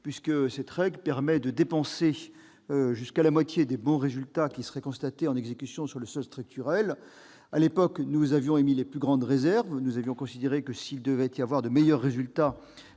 validée. Cette règle permet en effet de dépenser jusqu'à la moitié des « bons résultats » constatés en exécution sur le solde structurel. À l'époque, nous avions émis les plus grandes réserves à ce sujet, considérant que, s'il devait y avoir de meilleurs résultats